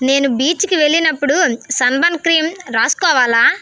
నేను బీచ్కి వెళ్ళినప్పుడు సన్బర్న్ క్రీమ్ రాసుకోవాలా